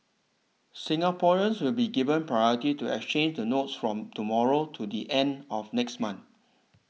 Singaporeans will be given priority to exchange the notes from tomorrow to the end of next month